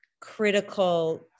critical